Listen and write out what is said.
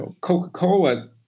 Coca-Cola